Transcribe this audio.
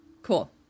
Cool